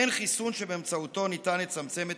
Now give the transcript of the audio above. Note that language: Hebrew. אין חיסון שבאמצעותו ניתן לצמצם את